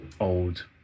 old